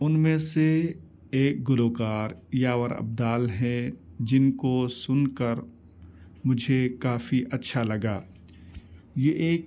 ان میں سے ایک گلوکار یاور عبدال ہے جن کو سن کر مجھے کافی اچھا لگا یہ ایک